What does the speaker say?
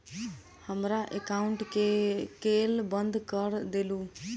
हमरा एकाउंट केँ केल बंद कऽ देलु?